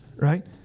right